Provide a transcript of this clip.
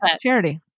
charity